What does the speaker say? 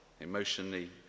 emotionally